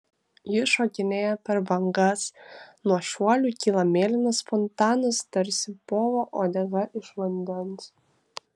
ji šokinėja per bangas nuo šuolių kyla mėlynas fontanas tarsi povo uodega iš vandens